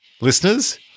listeners